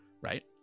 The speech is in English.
Right